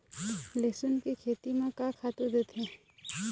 लेसुन के खेती म का खातू देथे?